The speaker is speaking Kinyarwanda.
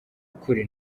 ukuri